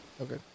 Okay